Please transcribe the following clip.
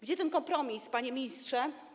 Gdzie ten kompromis, panie ministrze?